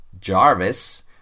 Jarvis